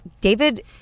David